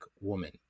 woman